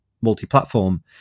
Multi-platform